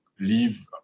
leave